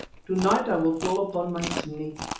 to-night i will call upon my snake.